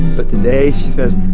but today, she says,